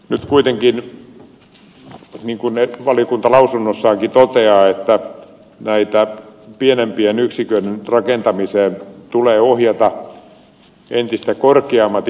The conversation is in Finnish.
nyt kuitenkin niin kuin valiokunta lausunnossaankin toteaa näihin pienempien yksiköiden rakentamiseen tulee ohjata entistä korkeammat investointituet